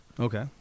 Okay